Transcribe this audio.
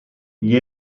gli